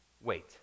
Wait